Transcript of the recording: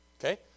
Okay